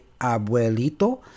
Abuelito